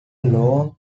long